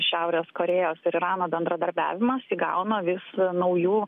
šiaurės korėjos ir irano bendradarbiavimas įgauna vis naujų